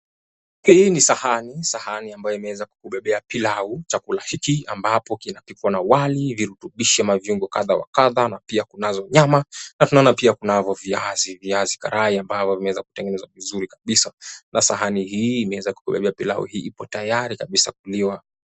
Hii ni sahani. Sahani ambayo imeweza kukubebea pilau. Chakula hiki ambapo kinapikwa na wali, virutubisho ama viungo kadha wa kadha. Pia kunazo nyama, pia kunazo viazi. Viazi karai ambazo hutengenezwa vizuri kabisa na sahani hii imeweza kukubebea pilau hii ipo tayari kabisa kuliwa.